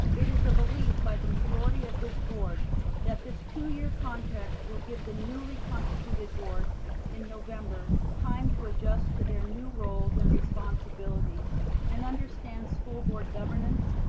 it is a belief by the majority of this board that this two year contract will give the newly constituted board in november time to adjust to their new roles and responsibilities and understand school board governance,